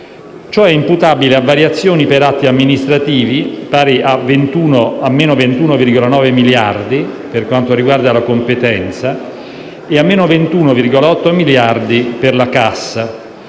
ciò è imputabile a variazioni per atti amministrativi pari a meno 21,9 miliardi per quanto riguarda la competenza e a meno 21,8 miliardi per la cassa,